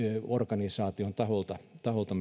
organisaation taholta taholta